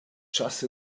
just